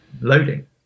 loading